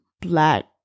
black